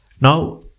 now